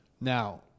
Now